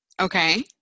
okay